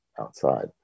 outside